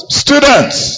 students